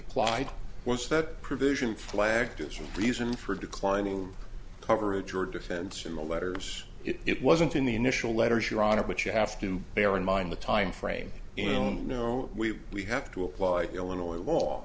applied was that provision flagged as a reason for declining coverage or defense in the letters it wasn't in the initial letters your honor but you have to bear in mind the time frame on no we we have to apply illinois law